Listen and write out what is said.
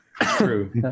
true